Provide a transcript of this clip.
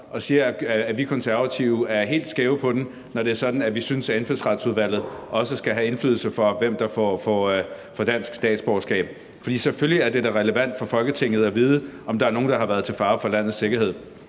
og siger, at vi Konservative er helt skævt på den, når det er sådan, at vi synes, at Indfødsretsudvalget også skal have indflydelse på, hvem der får dansk statsborgerskab. For selvfølgelig er det da relevant for Folketinget at vide, om der er nogen, der har været til fare for landets sikkerhed,